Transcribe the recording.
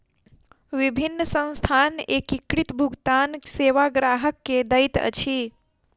विभिन्न संस्थान एकीकृत भुगतान सेवा ग्राहक के दैत अछि